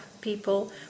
people